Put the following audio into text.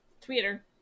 Twitter